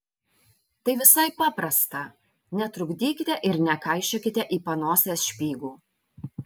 tai visai paprasta netrukdykite ir nekaišiokite į panosę špygų